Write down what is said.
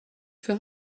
für